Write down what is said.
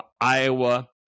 Iowa